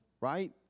Right